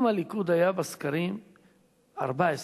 אם הליכוד היה בסקרים 14 מנדטים,